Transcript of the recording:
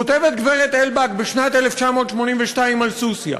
כותבת גברת אלבַּק בשנת 1982 על סוסיא: